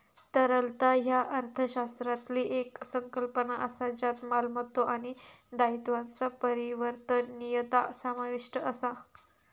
तरलता ह्या अर्थशास्त्रातली येक संकल्पना असा ज्यात मालमत्तो आणि दायित्वांचा परिवर्तनीयता समाविष्ट असा